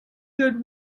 good